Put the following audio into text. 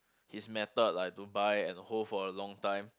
his method like to buy and hold for a long time